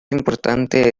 importante